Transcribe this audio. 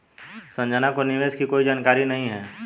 संजना को निवेश की कोई जानकारी नहीं है